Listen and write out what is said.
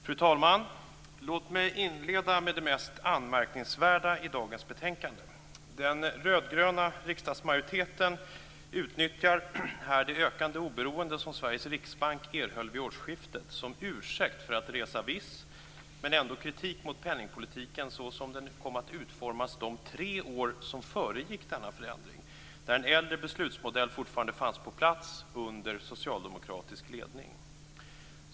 Fru talman! Låt mig inleda med det mest anmärkningsvärda i dagens betänkande. Den rödgröna riksdagsmajoriteten utnyttjar här det ökade oberoende som Sveriges riksbank erhöll vid årsskiftet som ursäkt för att resa viss, men ändå kritik mot penningpolitiken så som den kom att utformas de tre år som föregick denna förändring, där en äldre beslutsmodell fortfarande fanns på plats under socialdemokratisk ledning.